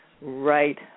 right